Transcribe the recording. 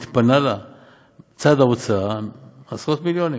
מתפנים לצד ההוצאה עשרות מיליונים.